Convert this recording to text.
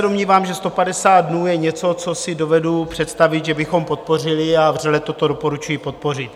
Domnívám se, že 150 dnů je něco, co si dovedu představit, že bychom podpořili a vřele toto doporučuji podpořit.